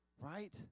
right